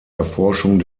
erforschung